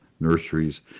nurseries